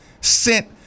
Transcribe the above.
sent